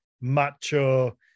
macho